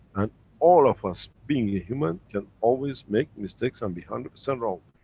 and all of us being a human, can always make mistakes and be hundred percent wrong.